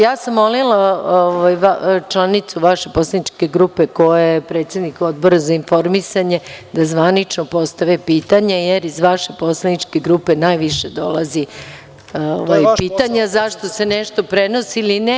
Ja sam molila članicu vaše poslaničke grupe, koja je predsednik Odbora za informisanje, da zvanično postavi pitanje, jer iz vaše poslaničke grupe najviše dolazi pitanja zašto se nešto prenosi ili ne.